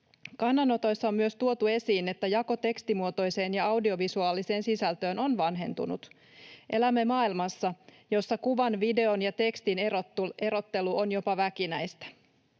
Kannanotoissa on myös tuotu esiin, että jako tekstimuotoiseen ja audiovisuaaliseen sisältöön on vanhentunut. Elämme maailmassa, jossa kuvan, videon ja tekstin erottelu on jopa väkinäistä.